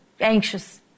anxious